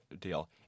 deal